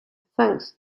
thanks